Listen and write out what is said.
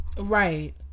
right